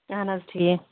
اَہن حظ ٹھیٖک